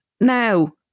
Now